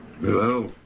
Hello